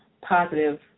positive